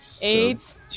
eight